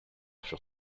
furent